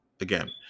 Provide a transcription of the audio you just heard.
Again